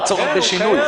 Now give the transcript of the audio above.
מה הצורך בשינוי?